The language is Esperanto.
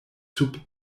sub